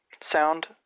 sound